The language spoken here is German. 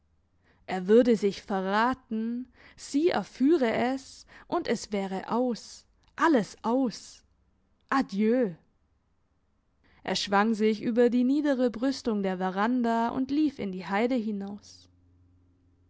er würde sich verraten sie erführe es und es wäre aus alles aus adieu er schwang sich über die niedere brüstung der veranda und lief in die heide hinaus